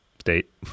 state